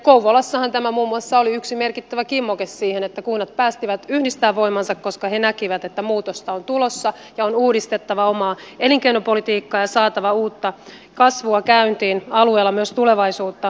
kouvolassahan tämä muun muassa oli yksi merkittävä kimmoke siihen että kunnat päättivät yhdistää voimansa koska ne näkivät että muutosta on tulossa ja on uudistettava omaa elinkeinopolitiikkaa ja saatava uutta kasvua käyntiin alueella myös tulevaisuutta silmällä pitäen